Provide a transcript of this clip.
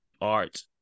art